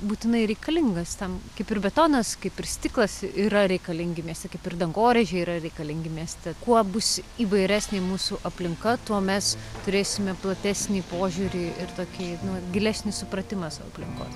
būtinai reikalingas tam kaip ir betonas kaip ir stiklas yra reikalingi mieste kaip ir dangoraižiai yra reikalingi mieste kuo bus įvairesnė mūsų aplinka tuo mes turėsime platesnį požiūrį ir tokį nu gilesnį supratimą savo aplinkos